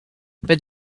but